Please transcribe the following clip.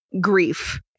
grief